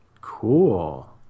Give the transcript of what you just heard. Cool